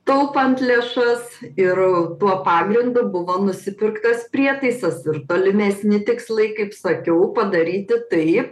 taupant lėšas ir tuo pagrindu buvo nusipirktas prietaisas ir tolimesni tikslai kaip sakiau padaryti taip